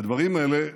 הדברים האלה,